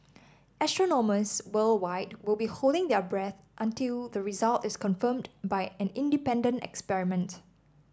astronomers worldwide will be holding their breath until the result is confirmed by an independent experiment